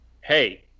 hey